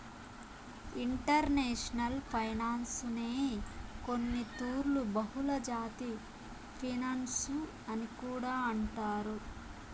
international ఫైనాన్సునే కొన్నితూర్లు బహుళజాతి ఫినన్సు అని కూడా అంటారు